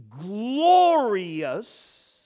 glorious